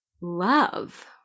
love